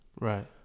Right